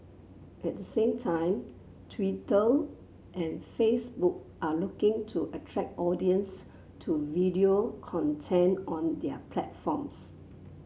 at the same time Twitter and Facebook are looking to attract audience to video content on their platforms